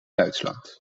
duitsland